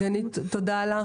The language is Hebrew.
גנית, תודה לך.